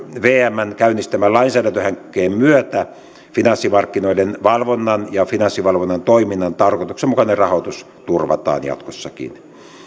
vmn käynnistämän lainsäädäntöhankkeen myötä finanssimarkkinoiden valvonnan ja finanssivalvonnan toiminnan tarkoituksenmukainen rahoitus turvataan jatkossakin